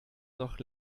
noch